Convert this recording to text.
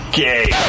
gay